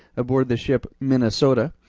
aboard the ship, minnesota.